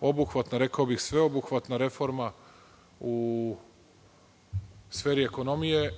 obuhvatna, rekao bih, sveobuhvatna reforma u sferi ekonomije.